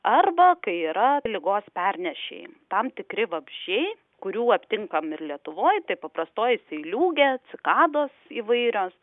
arba kai yra ligos pernešėjai tam tikri vabzdžiai kurių aptinkam ir lietuvoj tai paprastoji seiliūgė cikados įvairios